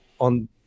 on